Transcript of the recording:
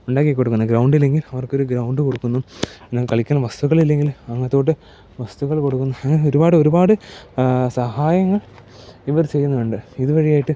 ഉണ്ടാക്കി കൊടുക്കുന്നു ഗ്രൗണ്ടിലെങ്കിൽ അവർക്കൊരു ഗ്രൗണ്ട് കൊടുക്കുന്നു അല്ലെങ്കിൽ കളിക്കാൻ വസ്തുക്കളിലെങ്കിൽ അങ്ങനത്തെകൂട്ട് വസ്തുക്കൾ കൊടുക്കുന്നു അങ്ങനെ ഒരുപാടൊരുപാട് സഹായങ്ങൾ ഇവര് ചെയ്യുന്നുണ്ട് ഇതുവഴിയായിട്ട്